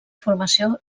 formació